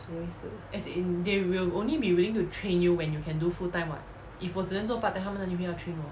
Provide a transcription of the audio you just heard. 什么意思